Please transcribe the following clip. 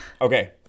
okay